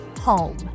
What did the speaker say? home